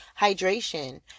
hydration